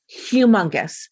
humongous